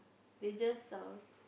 they just uh